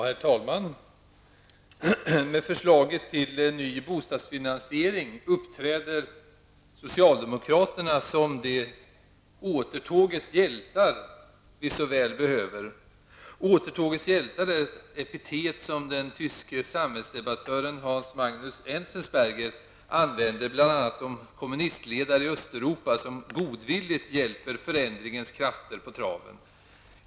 Herr talman! Med förslaget till ny bostadsfinansiering uppträder socialdemokraterna som de återtågets hjältar vi så väl behöver. Återtågets hjältar är ett epitet som den tyske samhällsdebattören Hans Magnus Enzensberger använder bl.a. om kommunistledare i Östeuropa som godvilligt hjälper förändringens krafter på traven.